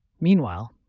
Meanwhile